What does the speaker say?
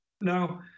Now